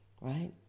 right